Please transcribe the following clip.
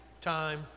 time